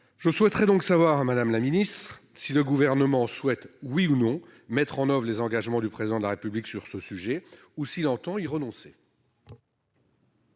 je souhaiterais donc savoir, Madame la Ministre, si le gouvernement souhaite oui ou non mettre en oeuvre les engagements du président de la République sur ce sujet ou s'il entend y renoncer.